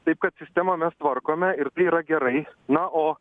taip kad sistemą mes tvarkome ir tai yra gerai na o